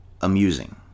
Amusing